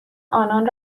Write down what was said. آنان